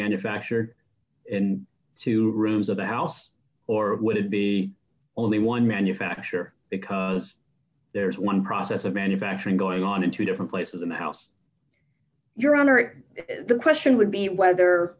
manufactured in two rooms of the house or would it be only one manufacture because there is one process of manufacturing going on into different places in the house your honor the question would be whether